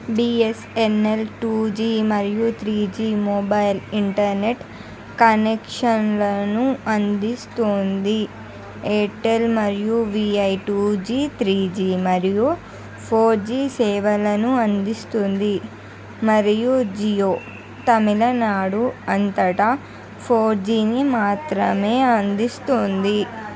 BSNL two G మరియు three G mobile internet కనెక్షన్లను అందిస్తుంది ఎయిర్టెల్ మరియు Vi two G three G మరియు ఫోర్ జీ సేవలను అందిస్తుంది మరియు జియో తమిళనాడు అంతటా ఫోర్ జీని మాత్రమే అందిస్తోంది